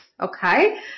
okay